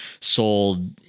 sold –